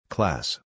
Class